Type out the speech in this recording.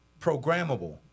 Programmable